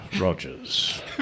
Rogers